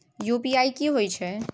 UPI की होय छै?